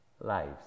lives